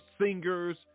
singers